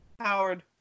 Howard